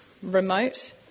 remote